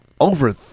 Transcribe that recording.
Over